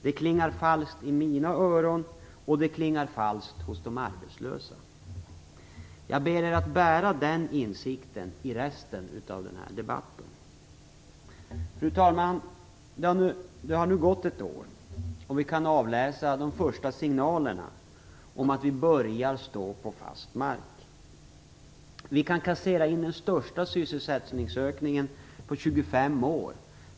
Det klingar falskt i mina öron, och det klingar falskt hos de arbetslösa. Jag ber er att bära den insikten under resten av den här debatten. Fru talman! Det har nu gått ett år, och vi kan avläsa de första signalerna om att vi börjar stå på fast mark. Vi kan kassera in den största sysselsättningsökningen på 25 år.